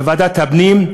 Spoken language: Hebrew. בוועדת הפנים,